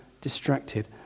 distracted